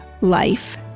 life